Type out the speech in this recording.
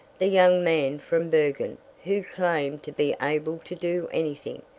the young man from bergen who claimed to be able to do anything,